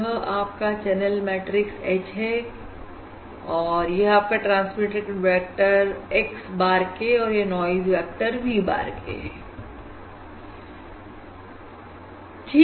यह आपका channel matrix H है यह आपका transmitted vector x bar k और यह noise vector v bar k है